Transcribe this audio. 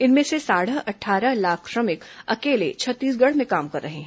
इनमें से साढे अट्ठारह लाख श्रमिक अकेले छत्तीसगढ़ में काम कर रहे हैं